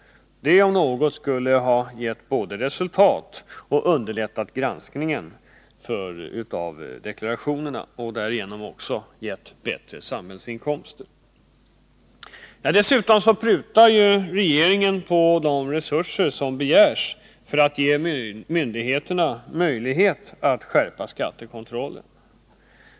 Det om något skulle både ha underlättat granskningen av deklarationerna och gett bättre samhällsinkomster. Vidare prutar regeringen på de resurser som begärs för att ge myndigheterna möjlighet att skärpa skattekontrollen.